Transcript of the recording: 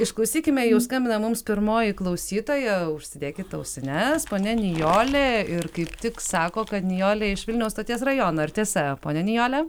išklausykime jau skambina mums pirmoji klausytoja užsidėkit ausines ponia nijolė ir kaip tik sako kad nijolė iš vilniaus stoties rajono ar tiesa ponia nijolė